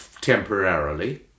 temporarily